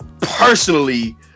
personally